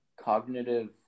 cognitive